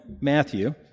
Matthew